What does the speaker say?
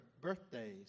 birthdays